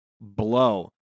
Blow